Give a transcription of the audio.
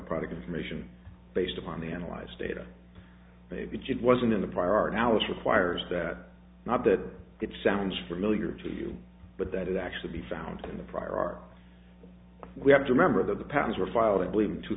product information based upon the analyzed data maybe just wasn't in the prior knowledge requires that not that it sounds familiar to you but that it actually be found in the prior art we have to remember the patents were filed i believe in two